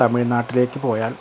തമിഴ്നാട്ടിലേക്കു പോയാൽ